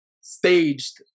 staged